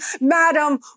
Madam